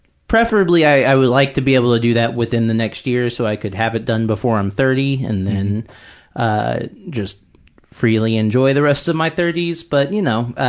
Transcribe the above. preferably i would like to be able to do that within the next year so i could have it done before i'm thirty and then ah just freely enjoy the rest of my thirty s, but, you know,